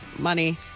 money